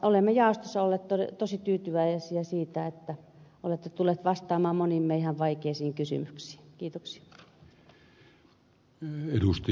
olemme jaostossa olleet tosi tyytyväisiä siitä että olette tullut vastaamaan moniin meidän vaikeisiin kysymyksiimme